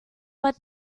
what